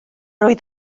oedd